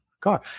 car